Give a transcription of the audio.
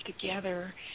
together